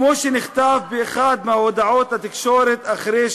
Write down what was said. כמו שנכתב באחת מהודעות התקשורת אחרי